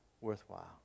worthwhile